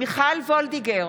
מיכל וולדיגר,